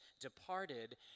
departed